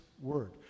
word